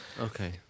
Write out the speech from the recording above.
Okay